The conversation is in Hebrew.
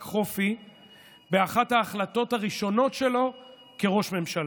חופי באחת ההחלטות הראשונות שלו כראש ממשלה.